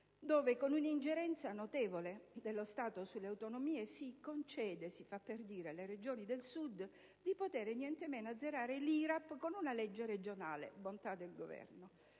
dove, con un'ingerenza notevole dello Stato sulle autonomie, si concede, si fa per dire, alle Regioni del Sud di potere nientemeno che azzerare l'IRAP con una legge regionale, bontà del Governo.